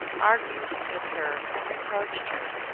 argued with her and reproached her.